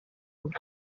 und